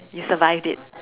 you survived it